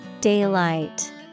Daylight